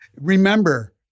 remember